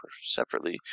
separately